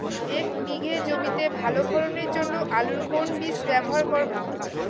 এক বিঘে জমিতে ভালো ফলনের জন্য আলুর কোন বীজ ব্যবহার করব?